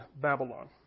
Babylon